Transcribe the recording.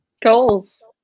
Goals